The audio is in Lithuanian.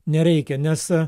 nereikia nes